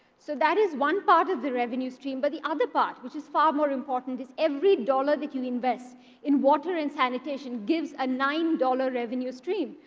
so that is one part of the revenue stream. but the other part, which is far more important, is every dollar that you invest in water and sanitation gives a nine dollars revenue stream.